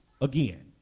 again